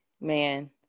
man